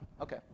okay